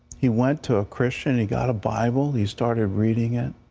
he went to a christian. he got a bible. he started reading it.